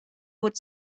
would